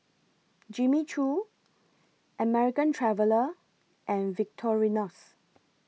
Jimmy Choo American Traveller and Victorinox